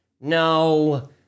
No